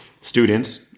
students